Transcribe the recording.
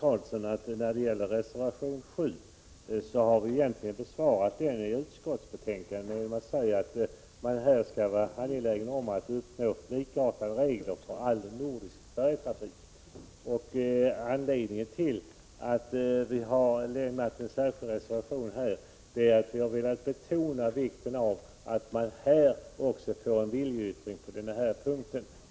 Herr talman! Reservation 7 har vi egentligen besvarat i betänkandet genom att säga att man skall vara angelägen om att uppnå likartade regler för all nordisk färjetrafik. Anledningen till att vi har lämnat reservationen är att vi har velat betona vikten av en viljeyttring på denna punkt.